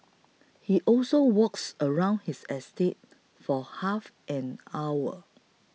he also walks around his estate for half an hour